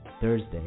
Thursday